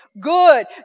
Good